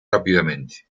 rápidamente